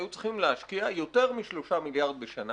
היו צריכים להשקיע יותר מ-3 מיליארד בשנה